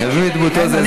קווים לדמותו זה הספד.